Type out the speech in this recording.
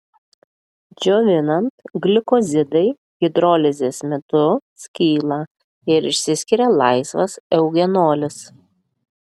džiovinant glikozidai hidrolizės metu skyla ir išsiskiria laisvas eugenolis